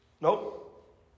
Nope